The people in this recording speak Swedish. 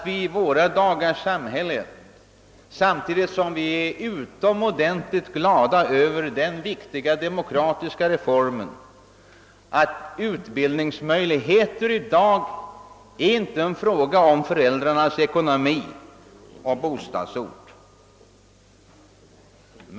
Vi är utomordentligt glada över den viktiga demokratiska reformen, att utbildningsmöjligheterna i dag inte är en fråga om föräldrarnas ekonomi eller bostadsort.